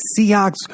Seahawks